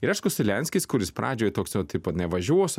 ir aišku zelenskis kuris pradžioj toks vat tipo nevažiuosiu